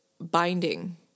binding